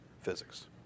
physics